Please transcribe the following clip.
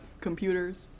computers